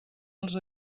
els